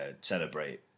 celebrate